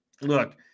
look